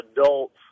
adults